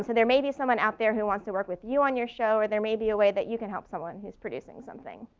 so there may be someone out there who wants to work with you on your show or there may be a way that you can help someone who's producing something.